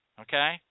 Okay